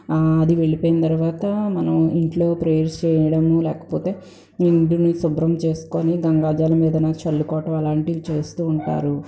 అది వెళ్ళిపోయిన తర్వాత మనం ఇంట్లో ప్రేయర్స్ చేయడము లేకపోతే ఇండ్లును శుభ్రం చేసుకొని గంగా జలం ఏదన్న చల్లుకోవటం అలాంటివి చేస్తూ ఉంటారు